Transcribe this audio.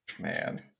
Man